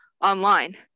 online